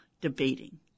debating